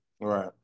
right